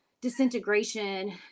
disintegration